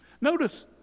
Notice